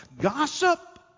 gossip